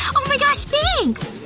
ohmygosh thanks!